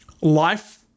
life